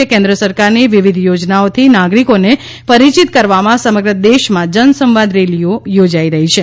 કે કેન્દ્ર્ સરકારની વિવિધ યોજનાઓથી નાગરીકોને પરિચીત કરવામાં સમગ્ર દેશમાં જનસંવાદ રેલીઓ યોજાઈ રહી છે